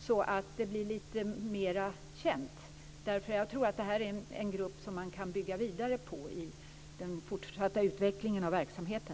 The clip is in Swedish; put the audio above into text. så att det blir lite mera känt. Jag tror att det här är en grupp som man kan bygga vidare på i den fortsatta utvecklingen av verksamheten.